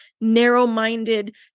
narrow-minded